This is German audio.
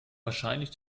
wahrscheinlich